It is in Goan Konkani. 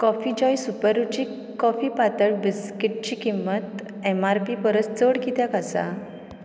कॉफी जॉय सुप रुचीक कॉफी पातळ बिस्किटची किंमत एम आर पी परस चड कित्याक आसा